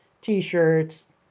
t-shirts